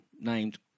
named